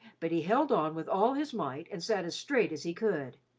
but he held on with all his might, and sat as straight as he could.